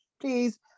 Please